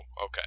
okay